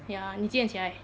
ya 你几点起来